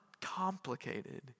complicated